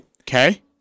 Okay